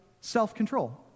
self-control